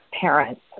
parents